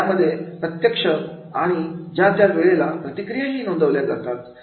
यामध्ये प्रत्यक्ष आणि ज्या त्या वेळेला प्रतिक्रिया नोंदवली जाते